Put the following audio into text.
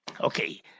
Okay